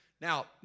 Now